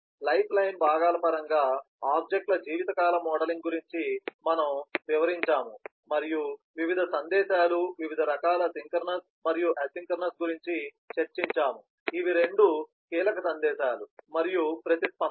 life line భాగాల పరంగా object ల జీవితకాల మోడలింగ్ గురించి మనము వివరించాము మరియు వివిధ సందేశాలు వివిధ రకాల సింక్రోనస్ మరియు ఎసిన్క్రోనస్ గురించి చర్చించాము ఇవి రెండు కీలక సందేశాలు మరియు ప్రతిస్పందన